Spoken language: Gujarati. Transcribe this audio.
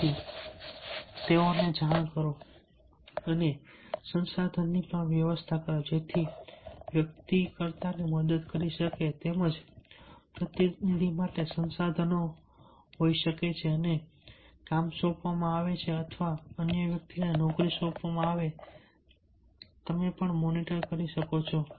તેથી વ્યક્તિઓને જાણ કરો અને સંસાધનની પણ વ્યવસ્થા કરો જેથી વ્યક્તિઓ કર્તાને મદદ કરી શકે તેમજ પ્રતિનિધિ માટે સંસાધનો પણ હોઈ શકે અને એકવાર કામ સોંપવામાં આવે અથવા અન્ય વ્યક્તિને નોકરી સોંપવામાં આવે તમે પણ મોનિટર કરો છો